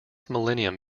millennium